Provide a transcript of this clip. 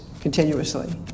continuously